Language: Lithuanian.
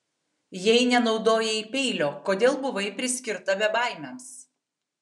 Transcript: jei nenaudojai peilio kodėl buvai priskirta bebaimiams